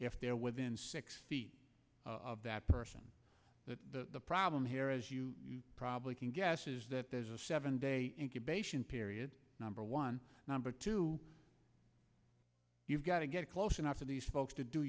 if they're within six feet of that person the problem here as you probably can guess is that there's a seven day number one number two you've got to get close enough to these folks to do